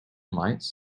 lights